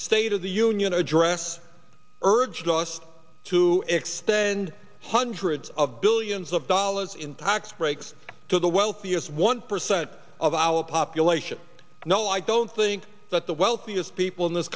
state of the union address urged us to extend hundreds of billions of dollars in tax breaks to the wealthiest one percent of our population no i don't think that the wealthiest people in this